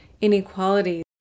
inequality